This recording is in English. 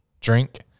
drink